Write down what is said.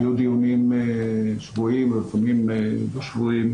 היו דיונים שבועיים, לפעמים לא שבועיים.